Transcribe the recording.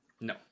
No